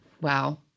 Wow